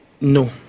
No